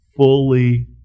Fully